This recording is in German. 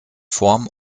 form